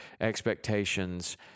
expectations